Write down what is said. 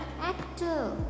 actor